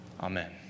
Amen